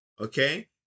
okay